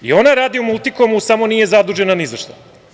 I ona radi u „Multikomu“ samo nije zadužena nizašta.